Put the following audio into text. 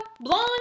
Blonde